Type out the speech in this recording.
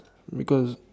because